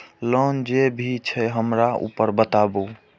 Loan जे भी छे हमरा ऊपर बताबू?